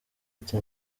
ati